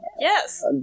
Yes